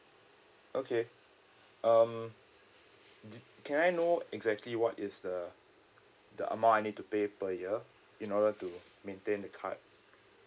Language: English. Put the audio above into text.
okay um do can I know exactly what is the the amount I need to pay per year in order to maintain the card